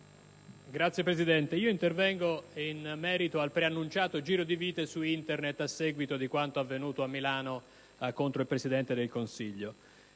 Signor Presidente, intervengo in merito al preannunciato giro di vite su Internet a seguito del gesto compiuto a Milano contro il Presidente del Consiglio.